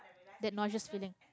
that nauseous feeling